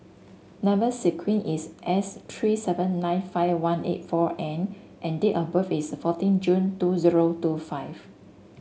number sequence is S three seven nine five one eight four N and date of birth is fourteen June two zero two five